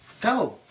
Go